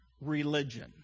religion